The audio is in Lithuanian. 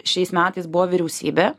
šiais metais buvo vyriausybė